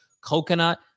coconut